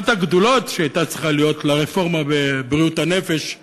אחת הגדולות שהייתה צריכה להיות לרפורמה בבריאות הנפש,